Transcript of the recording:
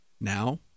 Now